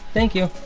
thank you.